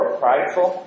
prideful